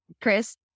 Chris